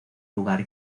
lugar